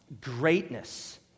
greatness